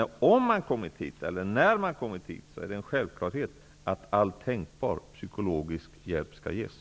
Om och när de har kommit hit är det självklart att all tänkbar psykologisk hjälp skall ges.